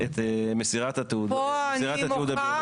בוודאי שאפשר.